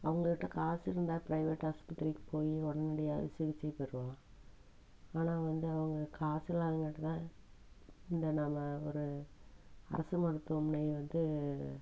அவங்க கிட்டே காசு இருந்தால் பிரைவேட் ஆஸ்ப்பத்திரிக்கு போய் உடனடியாக சிகிச்சை பெறலாம் ஆனால் வந்து அவங்க காசு இல்லாதங்காட்டிதான் இந்த நம்ம ஒரு அரசு மருத்துவமனையை வந்து